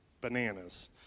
bananas